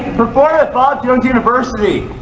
perform at bob jones university